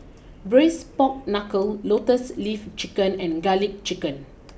Braised Pork Knuckle Lotus leaf Chicken and Garlic Chicken